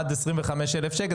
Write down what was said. עד 25,000 שקל,